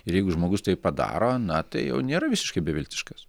ir jeigu žmogus tai padaro na tai jau nėra visiškai beviltiškas